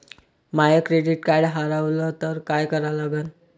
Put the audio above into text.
माय credit card हारवलं तर काय करा लागन?